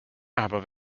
aber